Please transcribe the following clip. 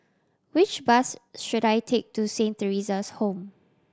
which bus should I take to Saint Theresa's Home